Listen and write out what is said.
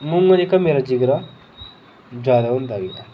ऊ'आं गै मेरा जिगरा बधदा गेआ